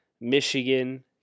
Michigan